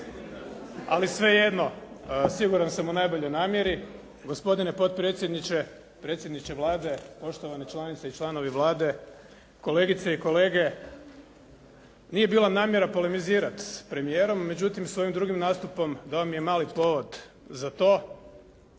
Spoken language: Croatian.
Ali svejedno, siguran sam u najboljoj namjeri. Gospodine potpredsjedniče, predsjedniče Vlade, poštovane članice i članovi Vlade, kolegice i kolege. Nije bila namjera polemizirati s premijerom, međutim sa ovim drugim nastupom dao mi je mali povod za to